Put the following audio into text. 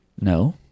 No